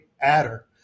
adder